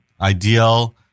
ideal